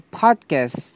podcast